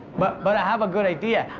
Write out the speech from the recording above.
but but i have a good idea.